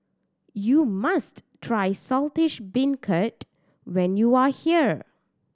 you must try Saltish Beancurd when you are here